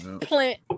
plant